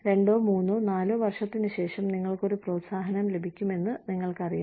രണ്ടോ മൂന്നോ നാലോ വർഷത്തിന് ശേഷം നിങ്ങൾക്ക് ഒരു പ്രോത്സാഹനം ലഭിക്കുമെന്ന് നിങ്ങൾക്കറിയാം